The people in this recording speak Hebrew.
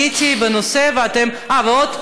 מה עוד,